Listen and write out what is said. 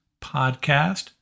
podcast